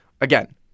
Again